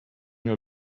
your